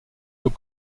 peut